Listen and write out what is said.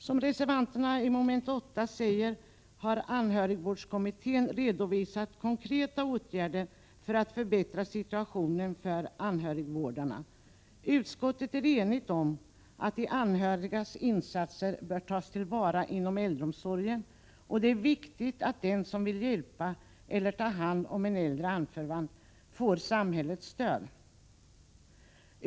Som reservanterna i reservation 7 säger har anhörigvårdskommittén redovisat konkreta åtgärder för att förbättra situationen för anhörigvårdarna. Utskottet är enigt om att de anhörigas insatser bör tas till vara inom äldreomsorgen. Det är viktigt att den som vill hjälpa eller ta hand om en äldre anförvant får samhällets stöd.